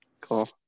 Cool